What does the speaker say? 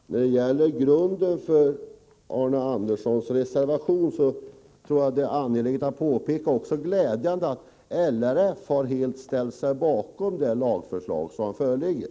Herr talman! När det gäller grunden för Arne Anderssons i Ljung reservation tror jag att det är angeläget att påpeka att LRF glädjande nog har ställt sig helt bakom det lagförslag som föreligger.